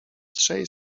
trzej